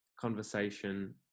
conversation